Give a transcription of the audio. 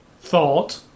thought